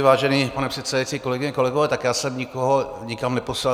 Vážený pane předsedající, kolegyně, kolegové, tak já jsem nikoho nikam neposlal.